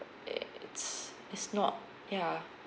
it's it's not ya